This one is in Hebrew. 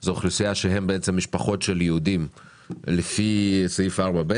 זו אוכלוסייה שהם בעצם משפחות של יהודים לפי סעיף 4(ב),